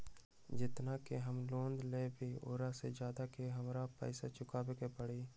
जेतना के हम लोन लेबई ओ से ज्यादा के हमरा पैसा चुकाबे के परी?